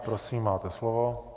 Prosím, máte slovo.